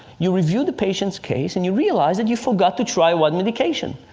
you reviewed the patient's case, and you realized that you forgot to try one medication.